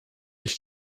ich